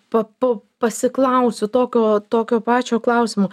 pa pa pasiklausiu tokio tokio pačio klausimo